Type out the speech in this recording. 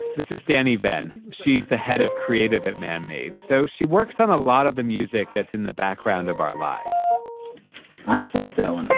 this is danni venne. she's the head of creative at man made, so she works on a lot of the music that's in the background of our lives i just like that one,